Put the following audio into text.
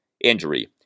injury